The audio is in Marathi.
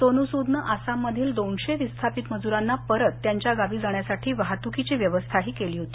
सोनू सूदनं आसाममधील दोनशे विस्थापित मजुरांना परत त्यांच्या गावी जाण्यासाठी वाहतुकीची व्यवस्था केली होती